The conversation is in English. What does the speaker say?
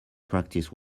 practice